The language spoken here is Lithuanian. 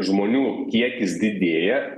žmonių kiekis didėja